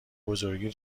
بزرگیت